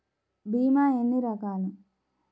భీమ ఎన్ని రకాలు?